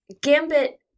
Gambit